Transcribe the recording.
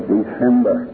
December